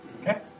Okay